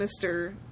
Mr